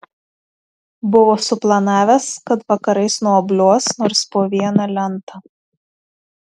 buvo suplanavęs kad vakarais nuobliuos nors po vieną lentą